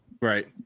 Right